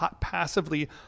passively